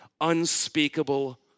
unspeakable